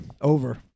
over